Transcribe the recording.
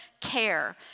care